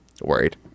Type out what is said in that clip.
worried